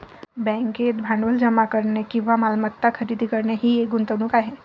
बँकेत भांडवल जमा करणे किंवा मालमत्ता खरेदी करणे ही एक गुंतवणूक आहे